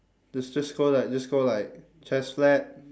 just just go like just go like chest flat